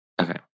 Okay